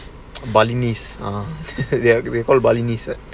balinese ah they called it balinese right